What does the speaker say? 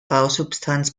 bausubstanz